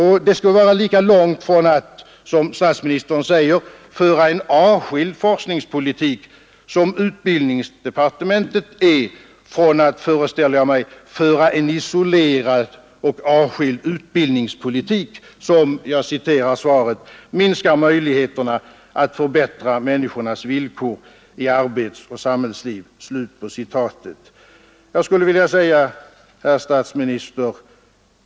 Det skulle vara lika långt från att, som statsministern säger, föra en avskild forskningspolitik som utbildningsdepartementet är, föreställer jag mig, från att föra en isolerad och avskild utbildningspolitik som minskar möjligheterna ”att förbättra människornas villkor i arbetsoch samhällsliv”, för att citera vad statsministern säger i svaret.